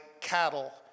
cattle